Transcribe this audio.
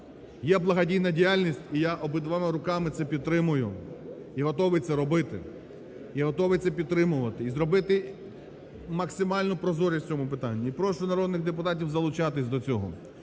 Є благодійна діяльність, і я обома руками це підтримую і готовий це робити, і готовий це підтримувати, і зробити максимальну прозорість в цьому питанні, і прошу народних депутатів залучатись до цього.